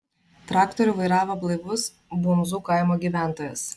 traktorių vairavo blaivus bundzų kaimo gyventojas